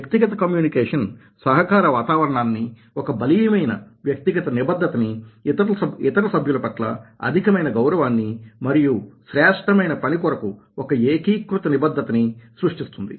వ్యక్తిగత కమ్యూనికేషన్ సహకార వాతావరణాన్నీ ఒక బలీయమైన వ్యక్తిగత నిబద్ధతనీ ఇతర సభ్యుల పట్ల అధికమైన గౌరవాన్నీ మరియు శ్రేష్టమైన పని కొరకు ఒక ఏకీకృత నిబద్ధతనీ సృష్టిస్తుంది